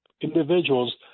individuals